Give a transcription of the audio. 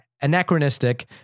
anachronistic